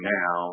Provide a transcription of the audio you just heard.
now